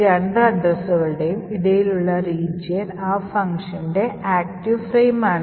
ഈ രണ്ട് അഡ്രസുകളുടെ യും ഇടയിലുള്ള region ആ ഫംഗ്ഷന്റെ active ഫ്രെയിമാണ്